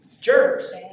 jerks